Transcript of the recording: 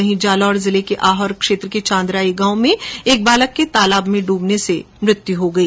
वहीं जालोर जिले के आहोर क्षेत्र के चांदराई गांव में एक बालक के तालाब में डूबने से मौत हो गई